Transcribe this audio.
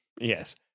Yes